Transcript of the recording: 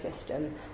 system